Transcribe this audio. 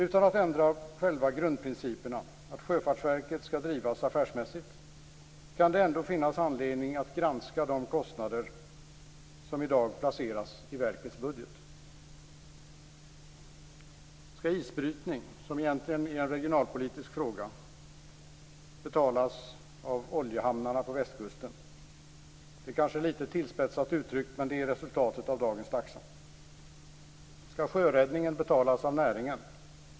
Utan att ändra på själva grundprincipen, att Sjöfartsverket skall drivas affärsmässigt, kan det ändå finnas anledning att granska de kostnader som i dag placeras i verkets budget. Skall isbrytning - som egentligen är en regionalpolitisk fråga - betalas av oljehamnarna på västkusten? Det är kanske litet tillspetsat uttryckt, men det är resultatet av dagens taxa. Skall sjöräddningen betalas av näringen?